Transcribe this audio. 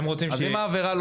אז מה הבעיה?